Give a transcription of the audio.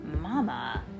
Mama